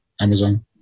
Amazon